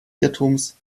irrtums